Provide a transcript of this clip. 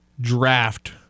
draft